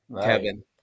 Kevin